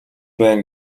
байна